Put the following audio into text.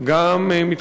גם הנמל החדש,